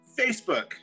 Facebook